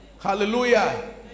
Hallelujah